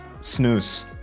snooze